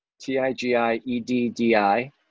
T-I-G-I-E-D-D-I